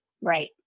right